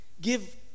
give